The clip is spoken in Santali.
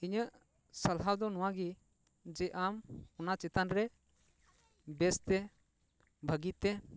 ᱤᱧᱟᱹᱜ ᱥᱟᱨᱦᱟᱣ ᱫᱚ ᱱᱚᱣᱟ ᱜᱮ ᱡᱮ ᱟᱢ ᱚᱱᱟ ᱪᱮᱛᱟᱱ ᱨᱮ ᱵᱮᱥᱛᱮ ᱵᱷᱟᱜᱮᱛᱮ